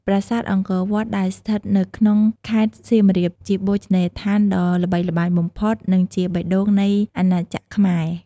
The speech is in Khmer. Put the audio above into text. ប្រាសាទអង្គរវត្ត ដែលស្ថិតនៅក្នុងខេត្តសៀមរាប ជាបូជនីយដ្ឋានដ៏ល្បីល្បាញបំផុត និងជាបេះដូងនៃអាណាចក្រខ្មែរ។